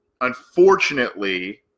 unfortunately